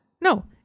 no